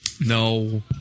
No